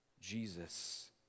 Jesus